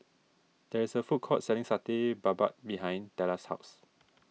there is a food court selling Satay Babat behind Tella's house